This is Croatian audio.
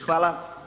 Hvala.